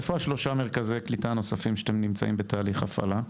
איפה שלושה מרכזי הקליטה הנוספים בהם אתם נמצאים בתהליכי הפעלה?